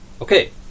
okay